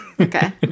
okay